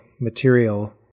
material